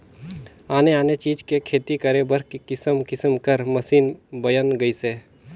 आने आने चीज के खेती करे बर किसम किसम कर मसीन बयन गइसे